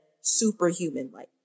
superhuman-like